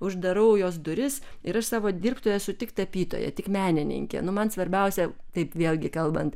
uždarau jos duris ir aš savo dirbtuvėj esu tik tapytoja tik menininkė nu man svarbiausia tai vėlgi kalbant